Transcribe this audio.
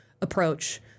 approach